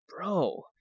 Bro